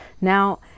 Now